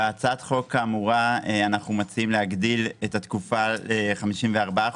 בהצעת החוק האמורה אנחנו מציעים להגדיל את התקופה ל-54 חודשים.